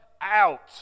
out